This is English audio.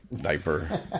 diaper